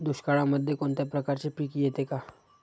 दुष्काळामध्ये कोणत्या प्रकारचे पीक येते का?